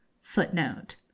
Footnote